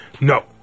No